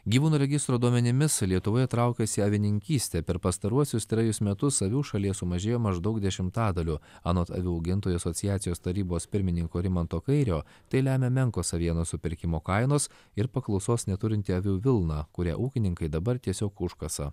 gyvūnų registro duomenimis lietuvoje traukiasi avininkystė per pastaruosius trejus metus avių šalyje sumažėjo maždaug dešimtadaliu anot avių augintojų asociacijos tarybos pirmininko rimanto kairio tai lemia menkos avienos supirkimo kainos ir paklausos neturinti avių vilna kurią ūkininkai dabar tiesiog užkasa